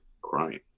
crying